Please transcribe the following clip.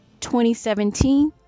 2017